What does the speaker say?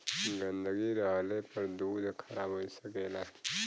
गन्दगी रहले पर दूध खराब हो सकेला